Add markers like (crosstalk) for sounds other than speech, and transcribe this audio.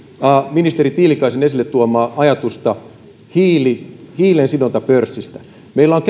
ministeri tiilikaisen esille tuomaa ajatusta hiilensidontapörssistä meillä on (unintelligible)